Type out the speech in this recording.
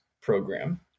program